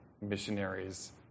missionaries